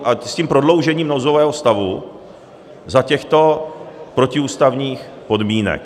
s tím prodloužením nouzového stavu za těchto protiústavních podmínek.